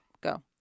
Go